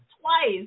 twice